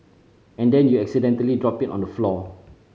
and then you accidentally drop it on the floor